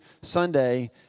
Sunday